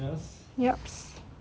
yups